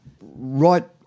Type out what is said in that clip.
Right